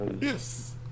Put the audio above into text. Yes